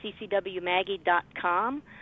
ccwmaggie.com